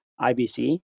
IBC